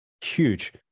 Huge